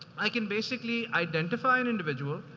i can basically identify and individuals,